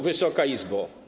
Wysoka Izbo!